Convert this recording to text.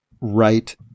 right